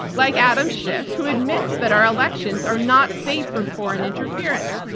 like adam schiff, who admits that our elections are not safe from foreign interference.